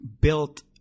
built